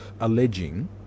alleging